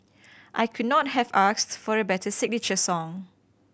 I could not have asked for a better signature song